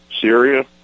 Syria